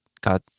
god